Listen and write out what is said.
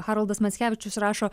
haroldas mackevičius rašo